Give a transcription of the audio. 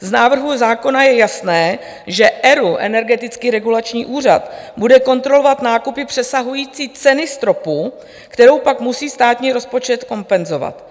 Z návrhu zákona je jasné, že ERÚ, Energetický regulační úřad, bude kontrolovat nákupy přesahující cenu stropu, kterou pak musí státní rozpočet kompenzovat.